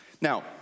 Now